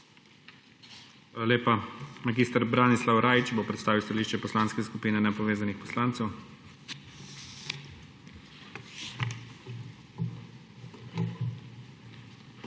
lepa. Mag. Branislav Rajić bo predstavil stališče Poslanske skupine nepovezanih poslancev.